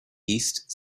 east